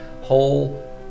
whole